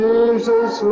Jesus